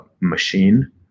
machine